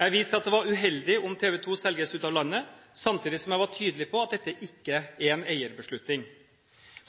Jeg viste til at det var uheldig om TV 2 selges ut av landet, samtidig som jeg var tydelig på at dette ikke er en eierbeslutning.